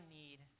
need